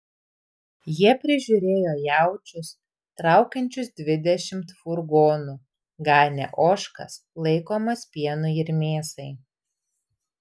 jie prižiūrėjo jaučius traukiančius dvidešimt furgonų ganė ožkas laikomas pienui ir mėsai